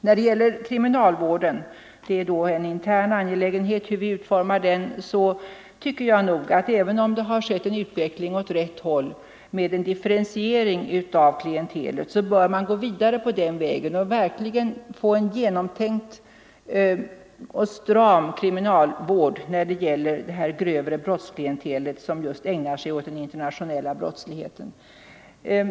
När det gäller kriminalvården — det är då en intern fråga hur vi utformar den — tycker jag att även om det skett en utveckling åt rätt håll med en differentiering av klientelet, så bör man gå vidare på den vägen och verkligen skapa en genomtänkt och stram kriminalvård för det grövre klientel som just ägnar sig åt den illegala brottsligheten.